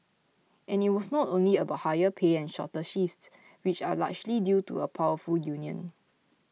and it was not only about higher pay and shorter shifts which are largely due to a powerful union